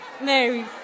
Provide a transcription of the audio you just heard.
Mary